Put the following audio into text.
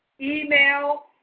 email